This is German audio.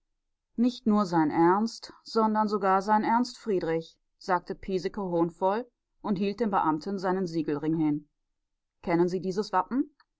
nicht nur sein ernst sondern sogar sein ernst friedrich sagte piesecke hohnvoll und hielt dem beamten seinen siegelring hin kennen sie dieses wappen